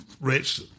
Rich